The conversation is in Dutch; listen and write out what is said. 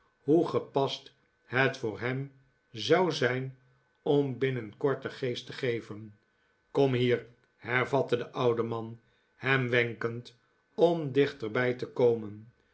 gepast het voor hem zou zijn om binnenkort den geest te geven kom hier hervatte de oude man hem wenkend om dichterbij te komen